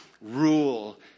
rule